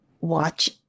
watch